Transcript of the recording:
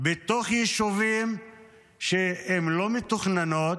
בתוך יישובים שהן לא מתוכננות.